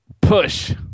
Push